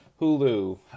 Hulu